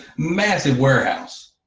massive warehouse,